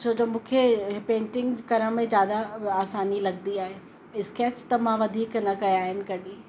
छोजो मूंखे पेंटिंग करण में ज़्यादा आसानी लॻंदी आहे स्केच त मां वधीक न कया आहिनि कॾहिं